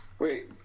Wait